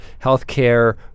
Healthcare